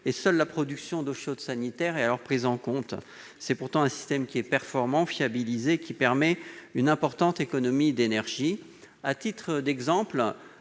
seule la production d'eau chaude sanitaire étant alors prise en compte. C'est pourtant un système performant et fiabilisé, qui permet une importante économie d'énergie. Je pense